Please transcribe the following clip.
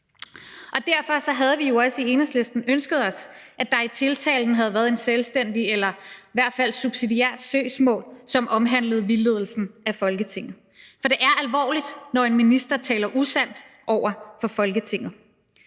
Derfor havde vi jo i Enhedslisten også ønsket os, at der i tiltalen havde været et selvstændigt eller i hvert fald subsidiært søgsmål, som omhandlede vildledelsen af Folketinget, for det er alvorligt, når en minister taler usandt over for Folketinget.